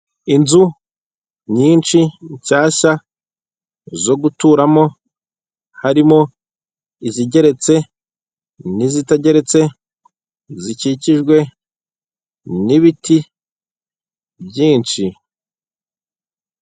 Inzu nyinshi nshyashya zo guturamo harimo izigeretse n'izitageretse zikikijwe n'ibiti byinshi.